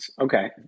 okay